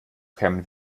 kämen